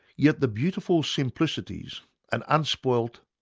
yet the beautiful simplicities and unspoilt,